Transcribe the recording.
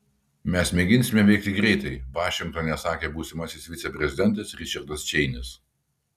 mes mėginsime veikti greitai vašingtone sakė būsimasis viceprezidentas ričardas čeinis